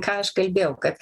ką aš kalbėjau kad